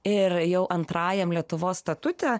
ir jau antrajam lietuvos statute